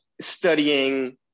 studying